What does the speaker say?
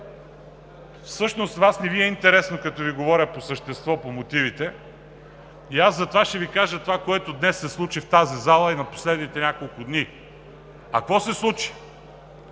Всъщност на Вас не Ви е интересно, като Ви говоря по същество по мотивите и затова ще Ви кажа какво се случи днес в тази зала и в последните няколко дни. Какво се случи?